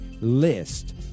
list